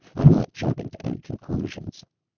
i'm not jumping to any conclusions.